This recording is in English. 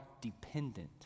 dependent